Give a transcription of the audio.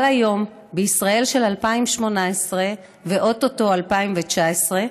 אבל היום בישראל של 2018, ואו-טו-טו 2019,